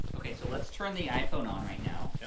okay, so let's turn the iphone on right now, yep.